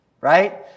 Right